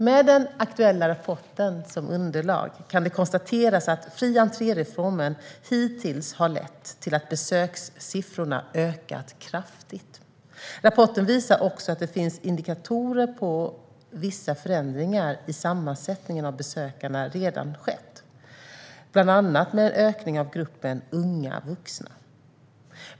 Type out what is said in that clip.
Med den aktuella rapporten som underlag kan det konstateras att frientré-reformen hittills har lett till att besökssiffrorna ökat kraftigt. Rapporten visar också att det finns indikationer på att vissa förändringar i sammansättningen av besökarna redan skett, bland annat en ökning av gruppen unga vuxna.